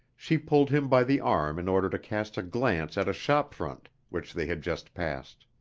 she pulled him by the arm in order to cast a glance at a shopfront, which they had just passed.